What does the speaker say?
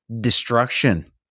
destruction